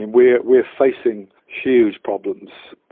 and we're we're facing huge problems,